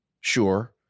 Sure